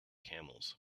camels